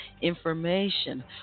information